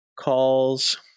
calls